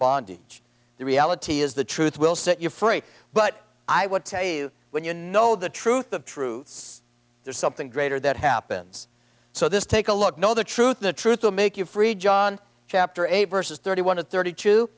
bondage the reality is the truth will set you free but i will tell you when you know the truth of truth there's something greater that happens so this take a look know the truth the truth will make you free john chapter eight verses thirty one and thirty two